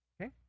okay